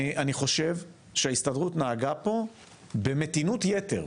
אני חושב שההסתדרות נהגה פה במתינות יתר,